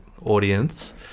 Audience